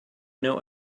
know